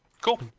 Cool